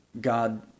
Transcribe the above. god